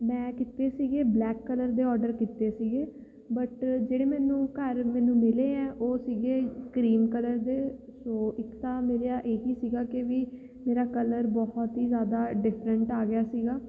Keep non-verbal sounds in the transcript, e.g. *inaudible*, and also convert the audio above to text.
ਮੈਂ ਕੀਤੇ ਸੀਗੇ ਬਲੈਕ ਕਲਰ ਦੇ ਔਰਡਰ ਕੀਤੇ ਸੀਗੇ ਬਟ ਜਿਹੜੇ ਮੈਨੂੰ ਘਰ ਮੈਨੂੰ ਮਿਲੇ ਹੈ ਉਹ ਸੀਗੇ ਕਰੀਮ ਕਲਰ ਦੇ ਉਹ ਇੱਕ ਤਾਂ *unintelligible* ਇਹੀ ਸੀਗਾ ਕਿ ਵੀ ਮੇਰਾ ਕਲਰ ਬਹੁਤ ਹੀ ਜ਼ਿਆਦਾ ਡਿਫਰੈਂਟ ਆ ਗਿਆ ਸੀਗਾ